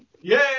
Yay